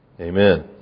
Amen